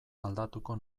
aldatuko